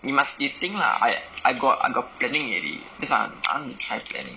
you must you think lah I I got I got planning already that's why I want I want to try planning